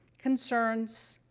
concerns,